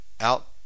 out